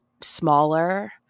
smaller